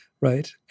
right